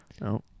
No